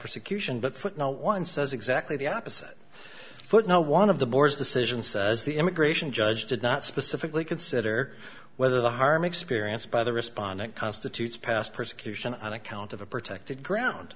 persecution but foot no one says exactly the opposite foot no one of the board's decision says the immigration judge did not specifically consider whether the harm experienced by the respondent constitutes past persecution on account of a protected ground